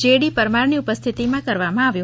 જે ડી પરમારની ઉપસ્થિતિમાં કરવામાં આવેલ